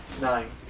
Nine